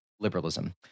liberalism